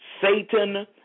Satan